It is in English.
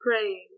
Praying